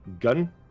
gun